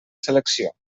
selecció